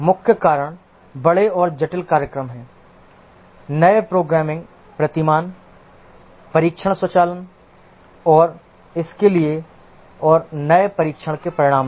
मुख्य कारण बड़े और अधिक जटिल कार्यक्रम हैं नए प्रोग्रामिंग प्रतिमान परीक्षण स्वचालन और इसके लिए और नए परीक्षण के परिणाम भी